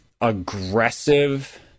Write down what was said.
aggressive